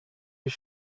his